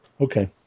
Okay